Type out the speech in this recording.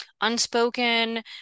unspoken